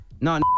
no